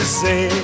say